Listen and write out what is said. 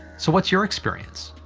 so what's your experience?